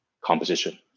composition